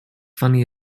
funny